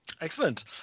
Excellent